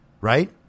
Right